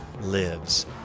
lives